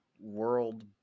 world